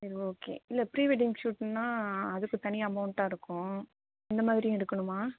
சரி ஓகே இல்லை ப்ரீவெட்டிங் ஷூட்னால் அதுக்கு தனி அமௌண்ட்டாக இருக்கும் அந்த மாதிரியும் எடுக்கணுமா